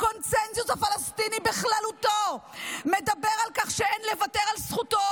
הקונסנזוס הפלסטיני בכללותו מדבר על כך שאין לוותר על זכותנו